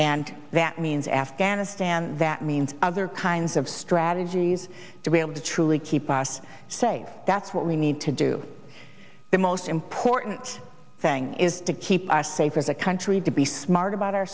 and that means afghanistan that means other kinds of strategies to be able to truly keep us safe that's what we need to do the most important thing is to keep us safe as a country to be smart about our